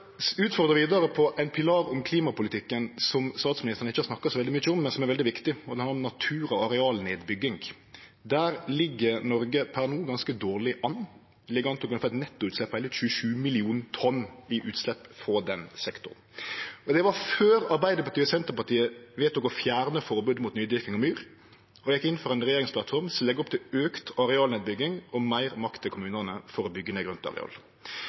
vidare utfordre på ein pilar om klimapolitikken som statsministeren ikkje har snakka så veldig mykje om, men som er veldig viktig, og det handlar om natur og arealnedbygging. Der ligg Noreg per no ganske dårleg an. Vi ligg an til å kunne få eit netto utslepp på heile 27 mill. tonn frå den sektoren. Det var før Arbeidarpartiet og Senterpartiet vedtok å fjerne forbodet mot nydyrking av myr og gjekk inn for ei regjeringsplattform som legg opp til auka arealnedbygging og meir makt til kommunane for å byggje ned